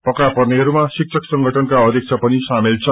पक्रा पर्नेहरूमा शिक्षक संगठनका अध्यक्ष पनि समेल छन्